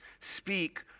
speak